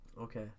Okay